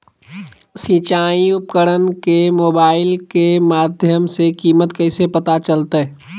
सिंचाई उपकरण के मोबाइल के माध्यम से कीमत कैसे पता चलतय?